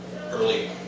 early